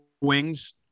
wings